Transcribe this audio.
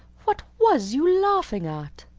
what was you laughing at?